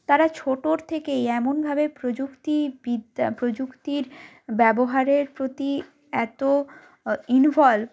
তারা ছোটোর থেকেই এমনভাবে প্রযুক্তিবিদ্যা প্রযুক্তির ব্যবহারের প্রতি এত ইনভল্ভ